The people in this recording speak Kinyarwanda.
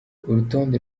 urutonde